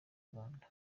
rwanda